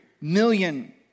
million